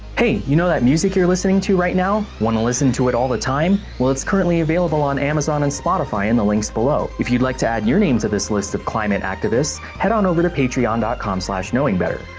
hey, you know that music you're listening to right now? want to listen to it all the time? well it's currently available on amazon and spotify in the links below. if you'd like to add your name to this list of climate activists, head on over to patreon com knowingbetter.